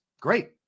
Great